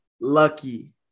lucky